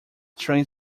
train